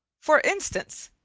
for instance,